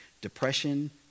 depression